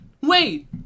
Wait